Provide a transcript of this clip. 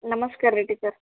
ನಮಸ್ಕಾರ ರೀ ಟೀಚರ್